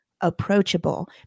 approachable